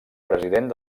president